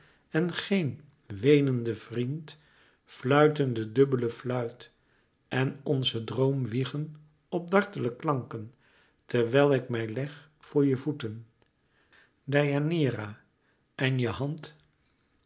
en geen weenende vriend fluiten de dubbele fluit en onzen droom wiegen op dartele klanken terwijl ik mij leg voor je voet deianeira en je hand